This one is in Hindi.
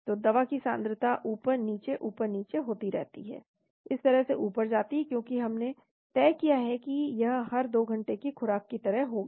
तो दवा की सांद्रता ऊपर नीचे ऊपर नीचे होती रहती है इस तरह से ऊपर जाती है क्योंकि हमने तय किया है कि यह हर 2 घंटे की खुराक की तरह होगा